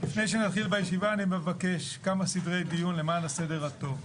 לפני שנתחיל בישיבה אני מבקש כמה סדרי דיון למען הסדר הטוב,